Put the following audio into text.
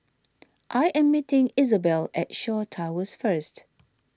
I am meeting Isobel at Shaw Towers First